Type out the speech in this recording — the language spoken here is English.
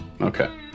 Okay